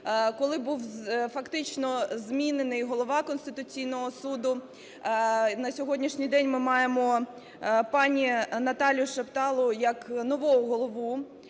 коли був фактично змінений Голова Конституційного Суду. На сьогоднішній день ми маємо пані Наталю Шапталу як нового Голову,